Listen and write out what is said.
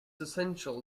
essential